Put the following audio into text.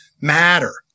Matter